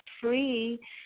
free